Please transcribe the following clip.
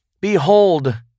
Behold